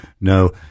No